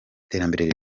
iterambere